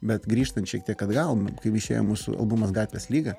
bet grįžtant šiek tiek atgal kai išėjo mūsų albumas gatvės lyga